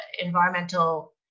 environmental